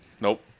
Nope